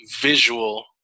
visual